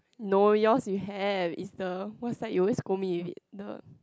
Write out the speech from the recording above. no yours you have is the what's that you always scold me with the